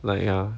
like ya